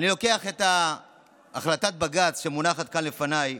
אני לוקח את החלטת בג"ץ שמונחת כאן לפניי,